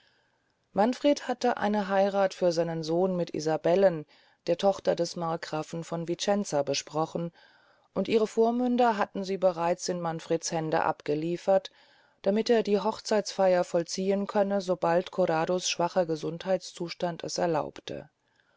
manfred hatte eine heirath für seinen sohn mit isabellen der tochter des markgrafen von vicenza besprochen und ihre vormünder hatten sie bereits in manfreds hände abgeliefert damit er die hochzeitfeyer vollziehen könne sobald corrado's schwacher gesundheitszustand es erlaubte